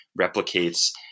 replicates